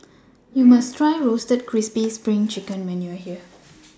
YOU must Try Roasted Crispy SPRING Chicken when YOU Are here